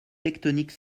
tectoniques